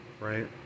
right